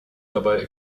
dabei